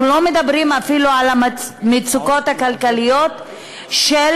אנחנו לא מדברים אפילו על המצוקות הכלכליות של